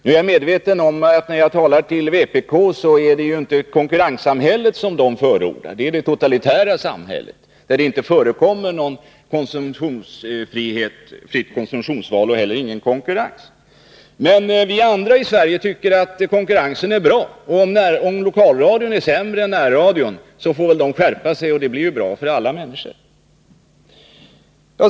Jag är medveten om, när jag talar till vpk, att det inte är konkurrenssamhället som vpk förordar, utan det är det totalitära samhället, där det inte förekommer något fritt konsumtionsval och inte heller någon konkurrens. Men vi andra i Sverige tycker att konkurrensen är bra, och om lokalradion är sämre än närradion, så får väl lokalradion skärpa sig — det blir ju bra för alla människor.